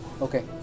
Okay